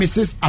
Mrs